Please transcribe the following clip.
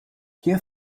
hier